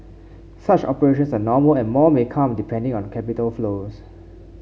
such operations are normal and more may come depending on capital flows